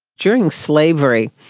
during slavery,